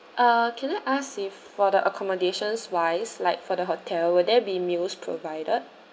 uh can I ask if for the accommodations wise like for the hotel will there be meals provided